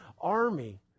army